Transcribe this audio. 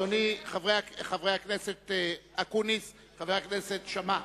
חבר הכנסת אקוניס, חבר הכנסת שאמה,